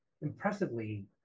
impressively